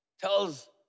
tells